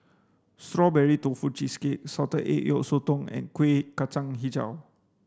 strawberry tofu cheesecake salted egg yolk Sotong and Kueh Kacang Hijau